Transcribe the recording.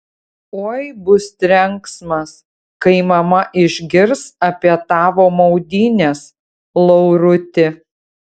oi bus trenksmas kai mama išgirs apie tavo maudynes lauruti